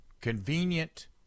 Convenient